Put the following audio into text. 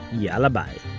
yalla bye